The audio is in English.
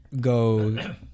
go